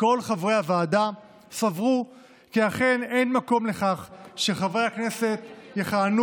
כל חברי הוועדה סברו כי אין מקום לכך שחברי הכנסת יכהנו